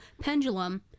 pendulum